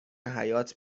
حیات